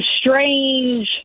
strange